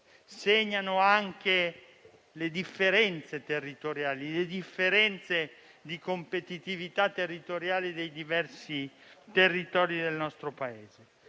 segnano anche le differenze territoriali, le differenze di competitività territoriale delle diverse parti del nostro Paese.